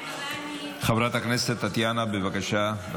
חברת הכנסת טטיאנה מזרסקי, בבקשה.